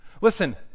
listen